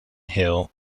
hill